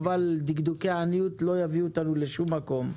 דקדוקי עניות לא יביאו אותנו לשום מקום.